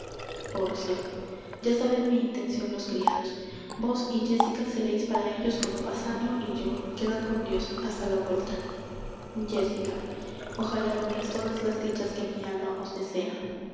pórcia ya saben mi intencion los criados vos y jéssica sereis para ellos como basanio y yo quedad con dios hasta la vuelta jéssica ojalá logreis todas las dichas que mi alma os desea